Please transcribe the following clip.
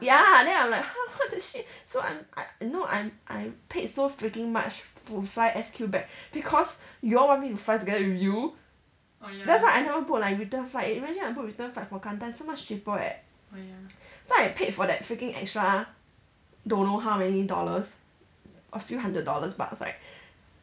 ya then I'm like !huh! what the shit so I I know I I paid so freaking much to fly S_Q back because you all want me to fly together with you that's why I never book like return flight imagine I book return flight for qantas so much cheaper eh so I paid for that freaking extra don't know how many dollars a few hundred dollars but was like